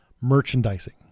merchandising